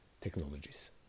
technologies